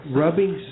rubbing